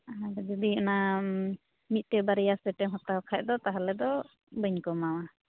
ᱟᱨ ᱡᱩᱫᱤ ᱚᱱᱟ ᱢᱤᱫᱴᱮᱱ ᱵᱟᱨᱭᱟ ᱥᱮᱴᱮᱢ ᱦᱟᱛᱟᱣ ᱠᱷᱟᱱ ᱫᱚ ᱛᱟᱦᱚᱞᱮ ᱫᱚ ᱵᱟᱹᱧ ᱠᱚᱢᱟᱣᱟ